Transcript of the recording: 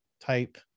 type